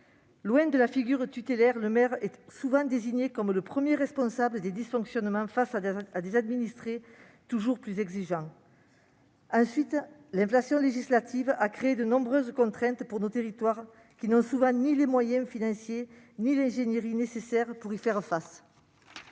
Loin de la figure tutélaire, le maire est souvent désigné comme le premier responsable des dysfonctionnements face à des administrés toujours plus exigeants. Ensuite, l'inflation législative a créé de nombreuses contraintes pour nos territoires : ils n'ont souvent ni les moyens financiers ni l'ingénierie nécessaires pour y faire face.